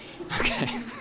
Okay